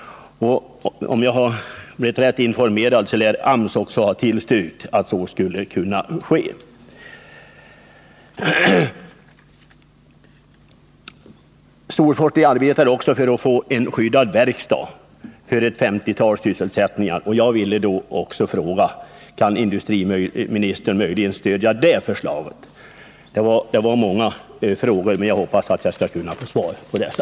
Om jag har blivit rätt informerad har AMS också tillstyrkt detta. Storfors arbetar också för att få en skyddad verkstad för ett femtiotal personer. Jag vill fråga: Kan industriministern möjligen stödja det förslaget? Det var många frågor, men jag hoppas jag skall kunna få svar på dem.